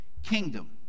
kingdom